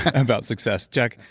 about success jack,